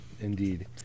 Indeed